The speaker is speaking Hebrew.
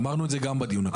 אמרנו את זה גם בדיון הקודם.